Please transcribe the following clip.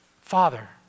Father